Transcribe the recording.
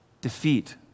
defeat